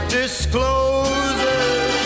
discloses